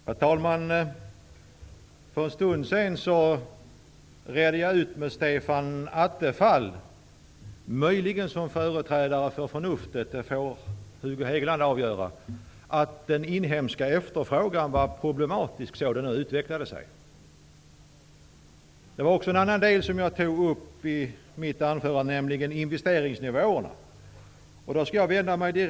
Herr talman! För en stund sedan redde jag ut med Stefan Attefall, möjligen som företrädare för förnuftet -- det får Hugo Hegeland avgöra -- att den inhemska efterfrågan sådan den nu utvecklar sig är problematisk. En annan sak som jag tog upp i mitt anförande var investeringsnivåerna.